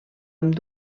amb